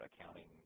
accounting